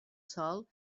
sol